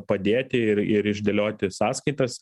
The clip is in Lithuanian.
padėti ir ir išdėlioti sąskaitas